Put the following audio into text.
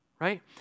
Right